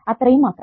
അത്രയും മാത്രം